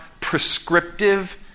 prescriptive